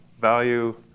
value